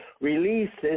releases